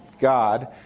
God